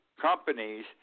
companies